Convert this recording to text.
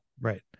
Right